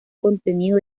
contenido